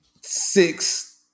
six